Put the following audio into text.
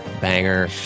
Banger